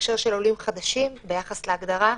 בהקשר של עולים חדשים ביחס להגדרה,